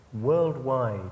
worldwide